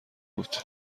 بود